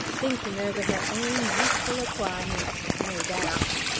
thinking over her own youthful acquirements no doubt.